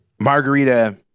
margarita